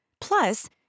Plus